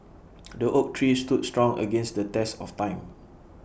the oak tree stood strong against the test of time